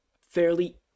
fairly